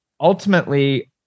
ultimately